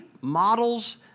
models